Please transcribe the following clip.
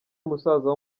musaza